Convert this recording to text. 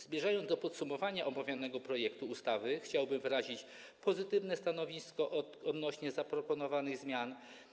Zmierzając do podsumowania omawianego projektu ustawy, chciałbym wyrazić pozytywne stanowisko odnośnie do zaproponowanych zmian.